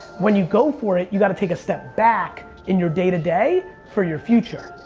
when you go for it, you gotta take a step back in your day-to-day, for your future.